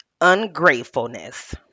ungratefulness